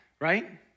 right